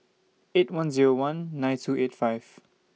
eight one Zero one nine two eight five